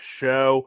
show